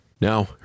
Now